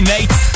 Nate